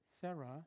Sarah